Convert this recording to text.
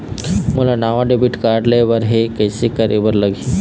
मोला नावा debit card लेबर हे, कइसे करे बर लगही?